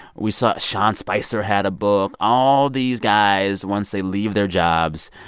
we saw sean spicer had a book. all these guys, once they leave their jobs,